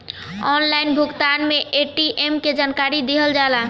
Online भुगतान में ATM के जानकारी दिहल जाला?